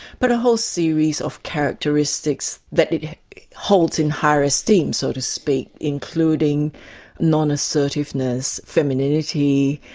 but a whole series of characteristics that it holds in higher esteem, so to speak, including non-assertiveness, femininity,